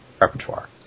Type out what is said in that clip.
repertoire